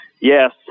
Yes